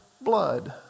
blood